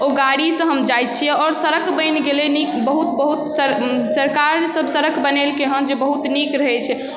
ओ गाड़ीसँ हम जाइ छिए आओर सड़क बनि गेलै नीक बहुत बहुत सरकार सब सड़क बनेलकै हँ जे बहुत नीक रहै छै